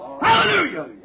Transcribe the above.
Hallelujah